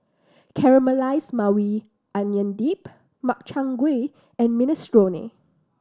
Caramelize Maui Onion Dip Makchang Gui and Minestrone